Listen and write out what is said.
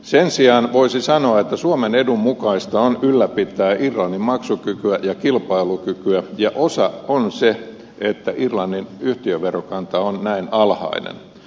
sen sijaan voisi sanoa että suomen edun mukaista on ylläpitää irlannin maksukykyä ja kilpailukykyä ja osa on se että irlannin yhtiöverokanta on näin alhainen